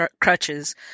crutches